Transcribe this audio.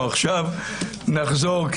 עכשיו נחזור,